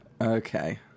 Okay